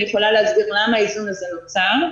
אני יכולה להסביר למה האיזון הזה נוצר.